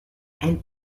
elle